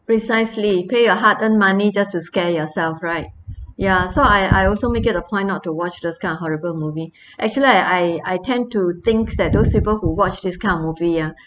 precisely pay your hard earned money just to scare yourself right ya so I I also make it a point not to watch these kind of horrible movie actually I I tend to think that those people who watched this kind of movie ah